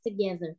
together